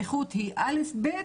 האיכות היא א'-ב',